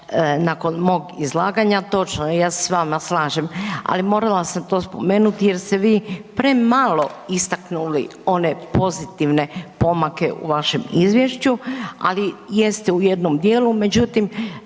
nakon mog izlaganja. Točno je, ja se s vama slažem, ali morala sam to spomenuti jer ste vi premalo istaknuli one pozitivne pomake u vašem izvješću, ali jeste u jednom dijelu.